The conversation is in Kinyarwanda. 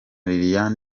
lilian